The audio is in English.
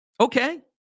Okay